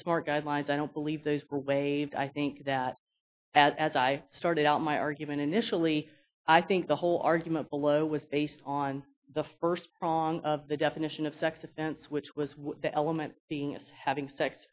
smart guidelines i don't believe those are waived i think that as i started out my argument initially i think the whole argument below was based on the first prong of the definition of sex offense which was what the element being is having sex